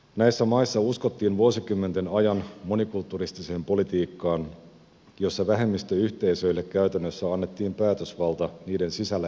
näissä maissa uskottiin vuosikymmenten ajan monikulturistiseen politiikkaan jossa vähemmistöyhteisöille käytännössä annettiin päätösvalta niiden sisällä elävien ihmisten suhteen